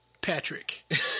Patrick